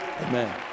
amen